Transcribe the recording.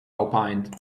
opined